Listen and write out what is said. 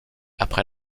après